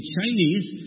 Chinese